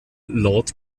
lord